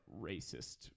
racist